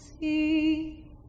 see